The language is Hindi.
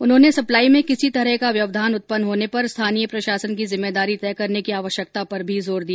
उन्होंने सप्लाई में किसी तरह का व्यवधान उत्पन्न होने पर स्थानीय प्रशासन की जिम्मेदारी तय करने की आवश्यकता पर भी जोर दिया